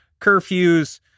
curfews